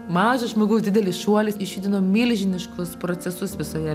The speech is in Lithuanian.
mažo žmogaus didelis šuolis išjudino milžiniškus procesus visoje